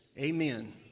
Amen